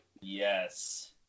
Yes